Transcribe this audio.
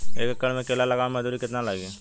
एक एकड़ में केला लगावे में मजदूरी कितना लागी?